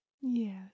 Yes